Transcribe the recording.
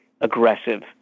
aggressive